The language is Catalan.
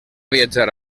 viatjar